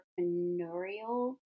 entrepreneurial